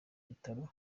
bitaro